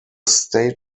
state